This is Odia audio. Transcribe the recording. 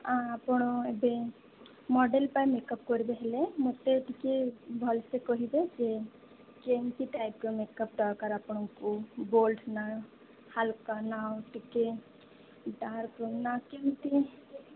ଆପଣ ଏବେ ମଡେଲ ପାଇଁ ମେକଅପ କରିବ ହେଲେ ମୋତେ ଟିକେ ଭଲସେ କହିବେ ଯେ କେମିତି ଟାଇପର ମେକଅପ ଦରକାର ଆପଣଙ୍କୁ ଗୋଲ୍ଡ ନା ହାଲକା ନା ଟିକେ ଡାର୍କ ନା କେମିତି